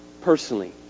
personally